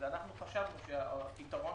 חשבנו שהפתרון